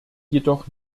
jedoch